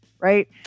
right